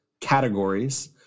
categories –